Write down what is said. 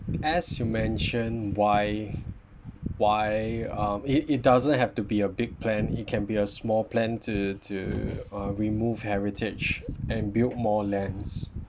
as you mentioned why why um it it doesn't have to be a big plan it can be a small plan to to uh remove heritage and build more lands